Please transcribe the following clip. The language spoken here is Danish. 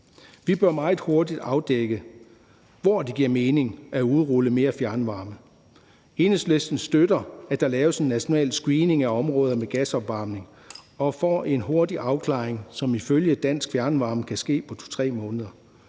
Vi bør meget hurtigt afdække, hvor det giver mening at udrulle mere fjernvarme. Enhedslisten støtter, at der laves en national screening af områder med gasopvarmning, så vi får en hurtig afklaring, som ifølge dansk fjernvarme kan ske på 2-3 måneder.